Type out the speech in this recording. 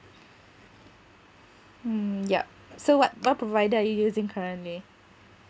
mm yup so what what provider are you using currently